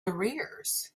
arrears